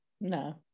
No